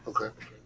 Okay